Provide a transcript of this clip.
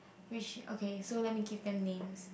which okay so let me give them names